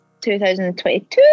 2022